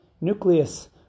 nucleus